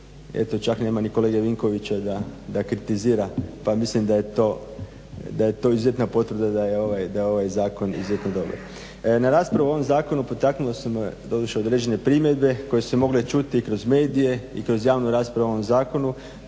čak nema ni kolege Vinkovića da kritizira pa mislim da je to izuzetna potvrda da je ovaj zakon izuzetno dobar. Na raspravu o ovom zakonu potaknule su me doduše određene primjedbe koje su se mogle čuti kroz medije i kroz javnu raspravu o ovom zakonu